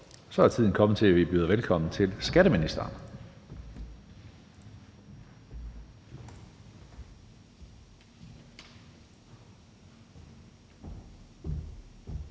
Så er tiden kommet til, at vi byder velkommen til skatteministeren.